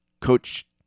Coach